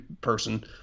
person